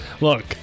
Look